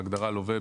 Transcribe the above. בהגדרה "לווה",